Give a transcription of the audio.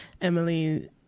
emily